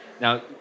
Now